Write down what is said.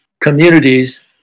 communities